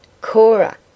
Cora